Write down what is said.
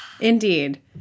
Indeed